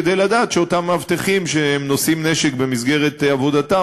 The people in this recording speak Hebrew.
כדי לדעת שאותם מאבטחים שנושאים נשק במסגרת עבודתם